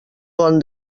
bon